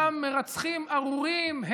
אותם מרצחים ארורים,